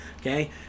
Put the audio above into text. okay